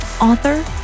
author